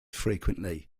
frequently